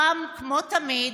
חם כמו תמיד,